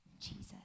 Jesus